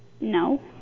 No